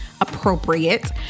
Appropriate